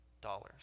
dollars